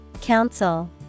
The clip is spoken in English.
council